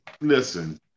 listen